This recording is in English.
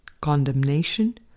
condemnation